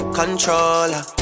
controller